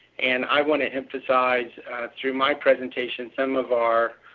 and i want to emphasize through my presentation, some of our